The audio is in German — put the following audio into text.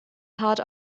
hart